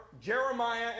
Jeremiah